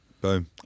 Boom